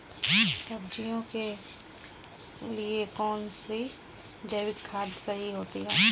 सब्जियों के लिए कौन सी जैविक खाद सही होती है?